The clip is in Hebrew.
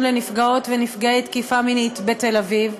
לנפגעי ונפגעות תקיפה מינית בתל אביב,